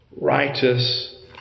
righteous